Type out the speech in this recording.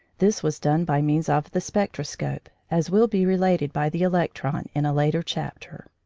this was done by means of the spectroscope, as will be related by the electron in a later chapter.